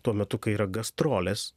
tuo metu kai yra gastrolės